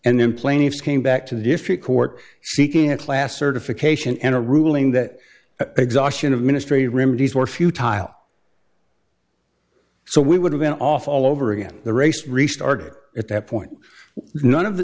and then plaintiffs came back to the defeat court seeking a class certification and a ruling that exhaustion of ministry remedies were few tile so we would have been off all over again the race restart at that point none of